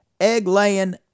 egg-laying